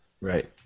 Right